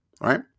right